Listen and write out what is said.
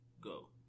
go